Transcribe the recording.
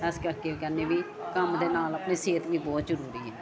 ਇਸ ਕਰਕੇ ਕਹਿੰਦੇ ਵੀ ਕੰਮ ਦੇ ਨਾਲ ਆਪਣੇ ਸਿਹਤ ਵੀ ਬਹੁਤ ਜ਼ਰੂਰੀ ਹੈ